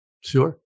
Sure